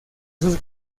sus